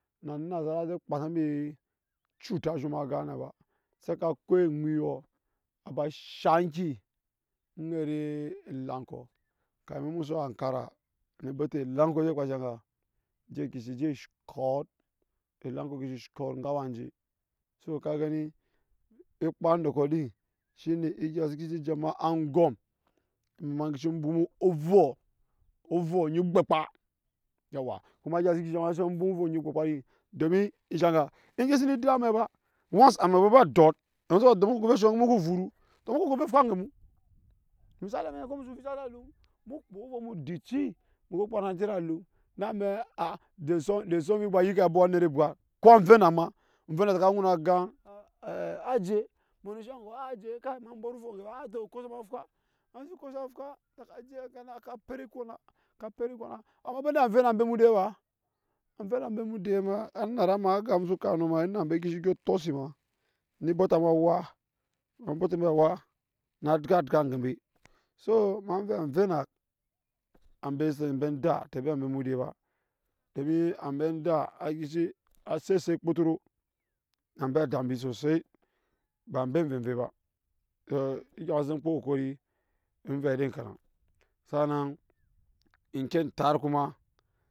Na anasara zɛ kpaa sa embi chut a zhoma gan nɛ ba sa ko eŋuiɔ na shaŋ ki aŋet elaŋ kɔ. kamin emu so hankara na be te elaŋ kɔ ke disi shɔɔt enga awaa enje soka gani ekpaa endɔkɔ din, shine egya se ke sii gama kuma egya se ne shaŋ ema ga enke sini gya amɛk ba ones amɛ bɔ embe dɔɔt amɛbo sa ba dɔɔt emu ko go vɛ shoŋ emu ko furu, to emu go vɛ fwa enge mu misali mɛ ko emu ko vica ede a lum emu kpuwa ovo mu den ci emu kpaa na emui je ede alum emame aa ede soŋ ede soŋ embi kpaa ne yike abok anet ebwat ko anvenak ma, onvenak sa ka nun a gan a a aje emu we ne enshe engokɔ aje kai ema bɔt ovo enge ba a a to ko sa ma fwa man ko a fwa sa je fan na ka pɛt ekona ka pɛt ekona sa ka ba ede anvenak ambe emu dai ba ma a nara ma aga emu so kap nɔ ma enak ambe e disi dyɔ to ma ne dyɔ ne bote embe awa a bote embe a wa a egya agya enge embe so ma vɛ anven na ambe be ze ambe daa tebi ambe mu dei ba domi ambe daa adishi aseset kpotoro na be adabi zosoi baa be vovei ba hɛ egya masese kpokokori avɛ din kyɛnan eki tat kuma.